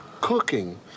cooking